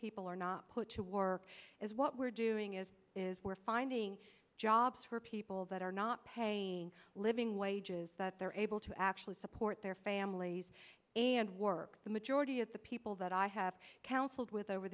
people are not put to work is what we're doing is is we're finding jobs for people that are not paying living wages that they're able to actually support their families and work the majority of the people that i have counseled with over